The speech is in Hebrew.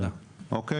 לא,